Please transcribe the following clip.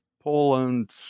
Poland